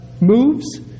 moves